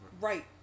Right